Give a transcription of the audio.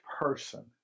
person